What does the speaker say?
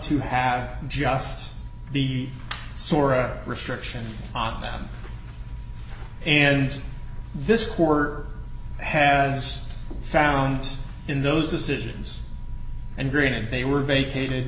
to have just the sorra restrictions on them and this corps has found in those decisions and green and they were vacated